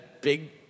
big